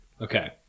Okay